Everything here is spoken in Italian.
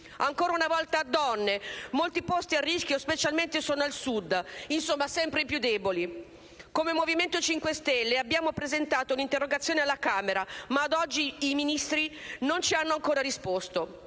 si tratta di donne con molti posti a rischio nel Sud. Insomma sono sempre i più deboli! Come Movimento 5 Stelle abbiamo presentato un'interrogazione alla Camera, ma ad oggi i Ministri non ci hanno ancora risposto.